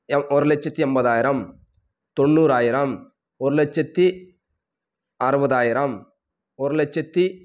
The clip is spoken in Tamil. ஒரு லட்சத்தி எண்பதாயிரம் தொண்ணூறாயிரம் ஒரு லட்சத்தி அறுபதாயிரம் ஒரு லட்சத்தி